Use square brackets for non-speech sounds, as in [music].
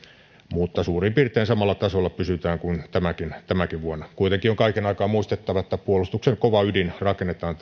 mutta suurin piirtein samalla tasolla pysytään kuin tänäkin vuonna kuitenkin on kaiken aikaa muistettava että puolustuksen kova ydin rakennetaan [unintelligible]